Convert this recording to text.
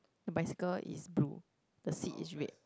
bicycle is blue the seat is red